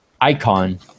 icon